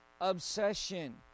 obsession